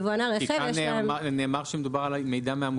כי כאן נאמר שמדובר על מידע מהמוסכים.